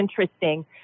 interesting